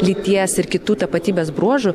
lyties ir kitų tapatybės bruožų